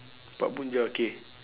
pak bun ja K